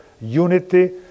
unity